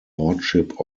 lordship